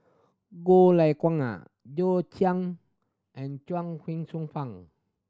Goh Lay Kuan John Chang and Chuang Hsueh Fang